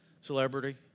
celebrity